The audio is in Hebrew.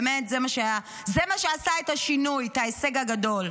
באמת זה מה שעשה את השינוי, את ההישג הגדול.